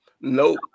Nope